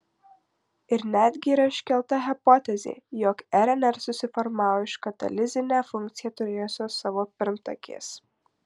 ir netgi yra iškelta hipotezė jog rnr susiformavo iš katalizinę funkciją turėjusios savo pirmtakės